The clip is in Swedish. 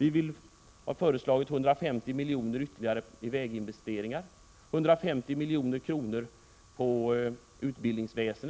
Vi har föreslagit ytterligare 150 milj.kr. till väginvesteringar, 150 milj.kr. på